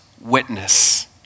witness